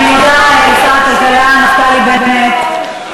אני מודה לשר הכלכלה נפתלי בנט,